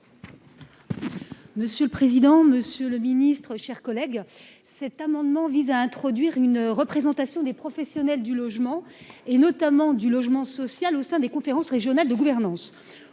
Monsieur le président, Monsieur le Ministre, chers collègues. Cet amendement vise à introduire une représentation des professionnels du logement et notamment du logement social au sein des conférences régionales de gouvernance